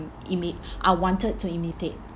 imi~ I wanted to imitate